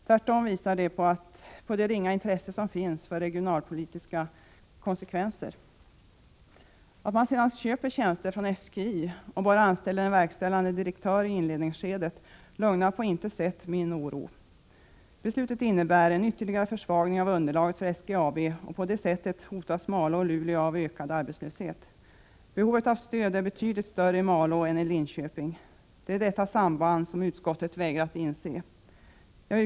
Tvärtom visar det på det ringa intresse som finns för regionalpolitiska konsekvenser. Att man sedan köper tjänster från SGI och bara anställer en verkställande direktör i inledningsskedet lugnar på intet sätt min oro. Beslutet innebär en ytterligare försvagning av underlaget för SGAB, och på det sättet hotas Malå och Luleå av ökad arbetslöshet. Behovet av stöd är betydligt större i Malå än i Linköping. Det är detta samband som utskottet vägrat inse.